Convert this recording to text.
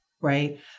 right